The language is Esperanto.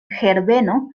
herbeno